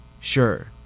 Sure